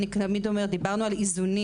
אני תמיד אומרת, דיברנו על איזונים